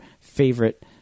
favorite